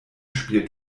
spielt